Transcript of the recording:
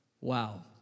Wow